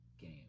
game